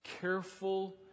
careful